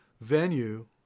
venue